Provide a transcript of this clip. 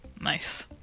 Nice